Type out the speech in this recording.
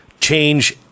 change